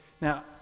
Now